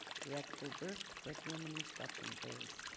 director burke curriculum and instruction. please.